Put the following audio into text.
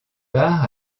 part